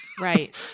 Right